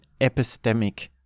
epistemic